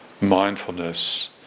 mindfulness